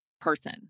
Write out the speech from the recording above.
person